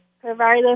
provide